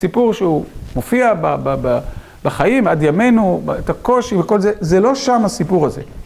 סיפור שהוא מופיע בחיים, עד ימינו, את הקושי וכל זה, זה לא שם הסיפור הזה.